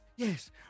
Yes